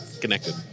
connected